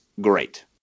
great